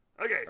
Okay